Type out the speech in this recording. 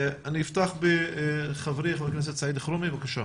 יפתח חברי חבר הכנסת סעיד אלחרומי, בבקשה.